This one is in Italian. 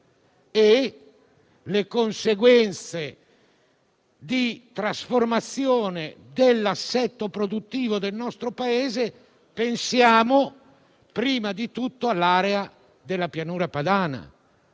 e le conseguenze di trasformazione dell'assetto produttivo del nostro Paese, pensando prima di tutto all'area della pianura padana,